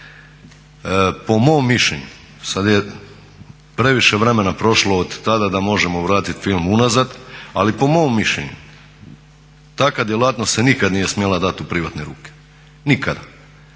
Po mom mišljenju, sad je previše vremena prošlo od tada da možemo vratiti film unazad, ali po mom mišljenju takva djelatnost se nikad nije smjela dati u privatne ruke. Nikada.